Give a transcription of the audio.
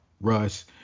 Russ